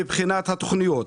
מבחינת התוכניות,